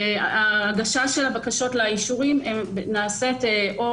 וההגשה של הבקשות לאישורים נעשית או